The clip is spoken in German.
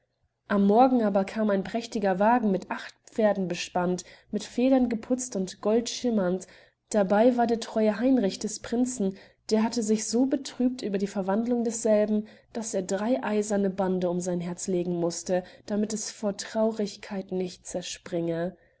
am morgen aber kam ein prächtiger wagen mit acht pferden bespannt mit federn geputzt und goldschimmernd dabei war der treue heinrich des prinzen der hatte sich so betrübt über die verwandlung desselben daß er drei eiserne bande um sein herz legen mußte damit es vor traurigkeit nicht zerspringe